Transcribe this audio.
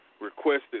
requested